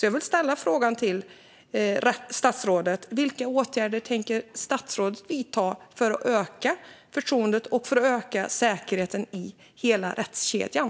Jag vill fråga statsrådet: Vilka åtgärder tänker statsrådet vidta för att öka förtroendet och säkerheten i hela rättskedjan?